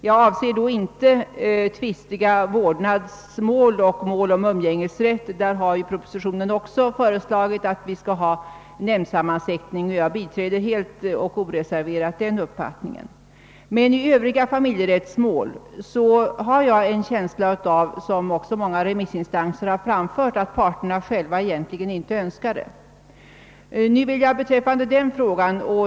Jag avser då inte tvistiga vårdnadsmål och mål om umgängesrätt; för sådana mål föreslås i propositionen nämndsammansättning, och jag biträder oreserverat det förslaget. Men beträffande övriga familjerättsmål har jag en känsla av — och den uppfattningen har många remissinstanser anfört — att parterna själva egentligen inte önskar nämndsammansättning.